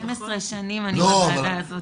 12 שנים אני בוועדה הזאת.